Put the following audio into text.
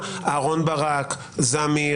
אני מסכים איתך אבלך אני גם מסכים עם גלעד שזה במעט זוטי